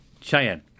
Cheyenne